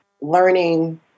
learning